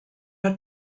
are